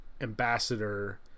Ambassador